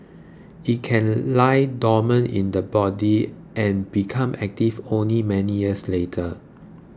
it can lie dormant in the body and become active only many years later